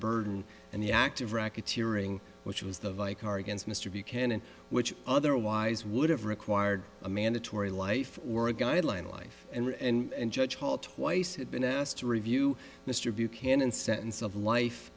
burden and the act of racketeering which was the vi car against mr buchanan which otherwise would have required a mandatory life or a guideline life and judge hall twice had been asked to review mr buchanan sentence of life